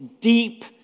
deep